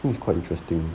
think it's quite interesting